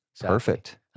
Perfect